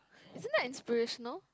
isn't that inspirational